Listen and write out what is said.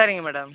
சரிங்க மேடம்